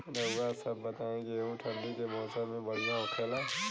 रउआ सभ बताई गेहूँ ठंडी के मौसम में बढ़ियां होखेला?